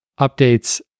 updates